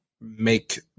make